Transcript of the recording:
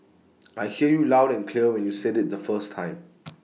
I hear you loud and clear when you said IT the first time